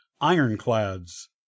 Ironclads